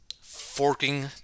forking